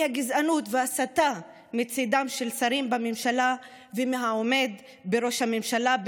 הגזענות וההסתה מצידם של שרים בממשלה ומהעומד בראש הממשלה,